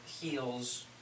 heels